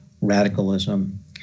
radicalism